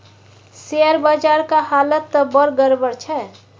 share बजारक हालत त बड़ गड़बड़ छै